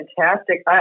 fantastic